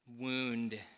wound